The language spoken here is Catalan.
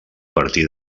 partir